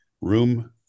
room